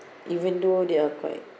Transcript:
even though they are quite